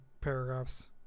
paragraphs